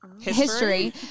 history